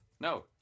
No